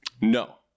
No